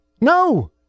No